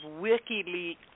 WikiLeaks